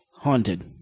Haunted